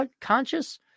conscious